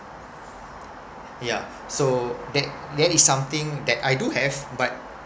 yeah so that that is something that I do have but